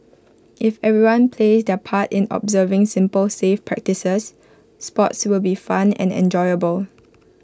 if everyone plays their part in observing simple safe practices sports will be fun and enjoyable